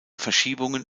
verschiebungen